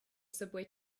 subway